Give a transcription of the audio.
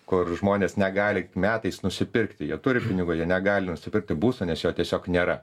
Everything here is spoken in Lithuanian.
kur žmonės negali metais nusipirkti jie turi pinigų jie negali nusipirkti būsto nes jo tiesiog nėra